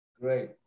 Great